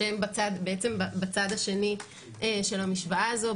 שהם בצד השני של המשוואה הזו,